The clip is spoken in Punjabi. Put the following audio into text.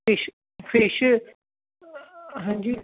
ਫਿਸ਼ ਫਿਸ਼ ਹਾਂਜੀ